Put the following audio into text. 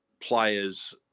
players